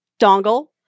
dongle